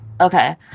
Okay